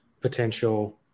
potential